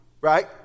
right